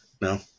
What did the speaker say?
No